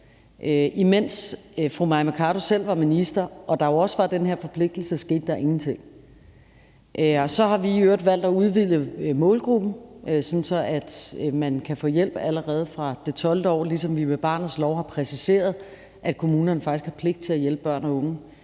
Imens fru Mai Mercado selv var minister og der er jo også var den her forpligtelse, skete der ingenting. Så har vi i øvrigt valgt at udvide målgruppen, sådan at man kan få hjælp allerede fra det 12. år, ligesom vi med barnets lov har præciseret, at kommunerne faktisk har pligt til at hjælpe børn og unge,